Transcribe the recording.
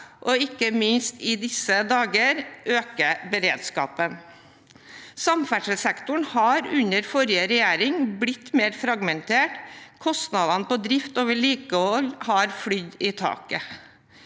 og – ikke minst i disse dager – for å øke beredskapen. Samferdselssektoren har under forrige regjering blitt mer fragmentert, og kostnadene til drift og vedlikehold har flydd i taket.